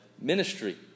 ministry